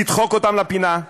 לדחוק אותם לפינה?